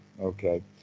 Okay